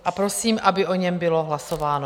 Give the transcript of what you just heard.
A prosím, aby o něm bylo hlasováno.